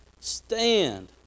stand